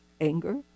anger